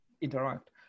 interact